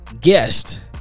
guest